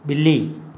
ॿिली